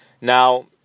Now